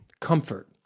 comfort